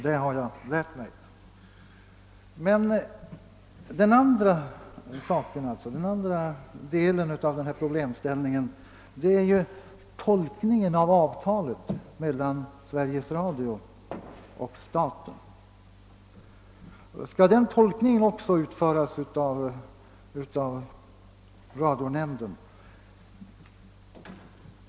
Den andra delen av problemställningen gäller emellertid tolkningen av avtalet mellan Sveriges Radio och staten. Skall den tolkningen också utföras av radionämnden?